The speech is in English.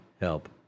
help